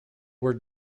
were